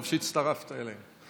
טוב שהצטרפת אלינו.